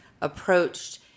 approached